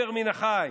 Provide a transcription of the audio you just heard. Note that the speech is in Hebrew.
איבר מן החי.